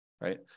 right